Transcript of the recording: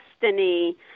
Destiny